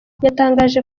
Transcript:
yatangaje